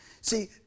See